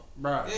Bro